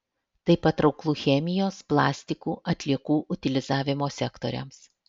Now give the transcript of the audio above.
tai patrauklu chemijos plastikų atliekų utilizavimo sektoriams